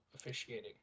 officiating